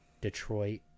Detroit